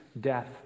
death